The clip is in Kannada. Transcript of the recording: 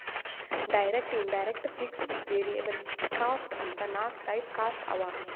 direct, indirect, fixed, variable cost ಅಂತ್ ನಾಕ್ ಟೈಪ್ ಕಾಸ್ಟ್ ಅವಾ